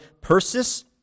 Persis